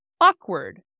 awkward